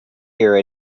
here